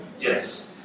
Yes